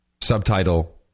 subtitle